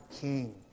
King